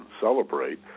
celebrate